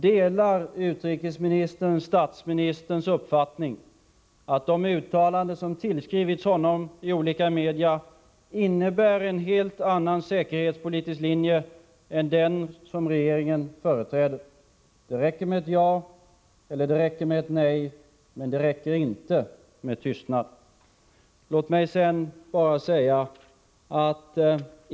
Delar utrikesministern statsministerns uppfattning att de uttalanden som i olika media tillskrivits utrikesministern innebär en helt annan säkerhetspolitisk linje än den som regeringen företräder? Det räcker med ett ja eller ett nej, men det räcker inte med tystnad.